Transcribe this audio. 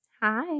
Hi